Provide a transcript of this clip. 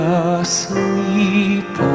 asleep